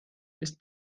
ist